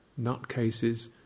nutcases